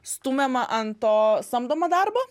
stumiama ant to samdomo darbo